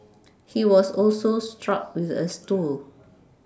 he was also struck with a stool